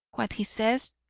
what he says,